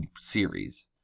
series